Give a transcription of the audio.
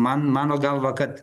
man mano galva kad